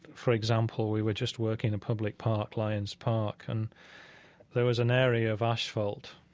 for example, we were just working in a public park, lion's park. and there was an area of asphalt,